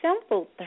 simple